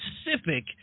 specific